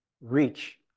reach